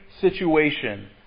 situation